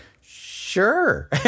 Sure